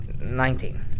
Nineteen